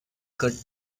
cut